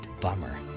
bummer